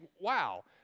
wow